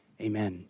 Amen